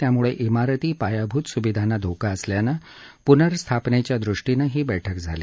त्यामुळे सिरती पायाभूत सुविधांना धोका असल्यानं पुनर्स्थापनेच्या दृष्टीनं ही बैठक झाली